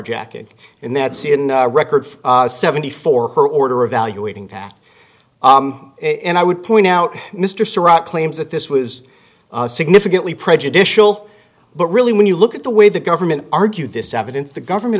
jacking in that seat in record seventy four per order evaluating pat and i would point out mr surat claims that this was significantly prejudicial but really when you look at the way the government argued this evidence the government